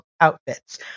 Outfits